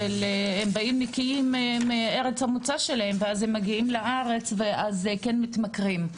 שהם באים נקיים מארץ המוצא שלהם ואז הם מגיעים לארץ ופה הם כן מתמכרים.